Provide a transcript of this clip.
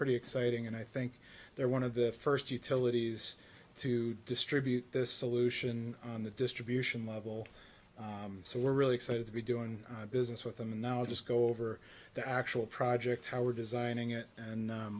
pretty exciting and i think they're one of the first utilities to distribute this solution on the distribution level so we're really excited to be doing business with them now i'll just go over the actual project how we're designing it and